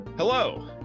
Hello